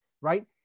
right